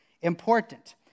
important